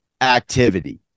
activity